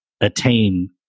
attain